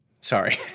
Sorry